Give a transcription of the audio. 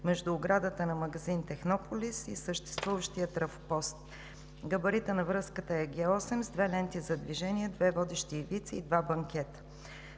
между оградата на магазин Технополис и съществуващият трафопост. Габаритът на връзката е Г-8 с две ленти за движение, две водещи ивици и два банкета.